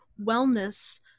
wellness